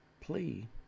plea